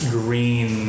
green